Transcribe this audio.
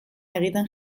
egiten